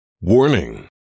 Warning